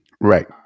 Right